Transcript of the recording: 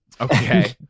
Okay